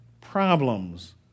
problems